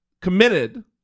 committed